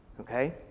Okay